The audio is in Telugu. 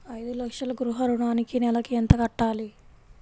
ఐదు లక్షల గృహ ఋణానికి నెలకి ఎంత కట్టాలి?